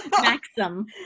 maxim